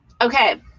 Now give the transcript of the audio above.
Okay